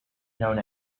known